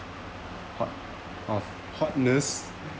hot of hotness